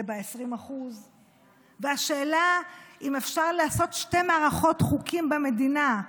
זה ב-20%; השאלה אם אפשר לעשות שתי מערכות חוקים במדינה,